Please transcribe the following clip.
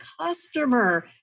customer